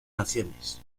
naciones